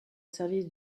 service